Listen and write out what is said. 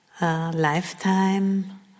Lifetime